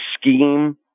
scheme